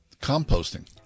composting